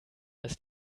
ist